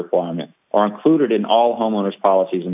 requirement are included in all homeowners policies